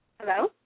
Hello